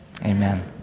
amen